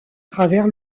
travers